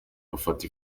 bafata